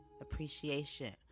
appreciation